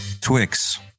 Twix